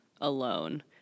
Alone